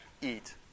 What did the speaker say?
eat